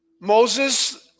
Moses